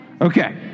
okay